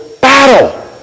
battle